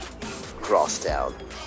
Crosstown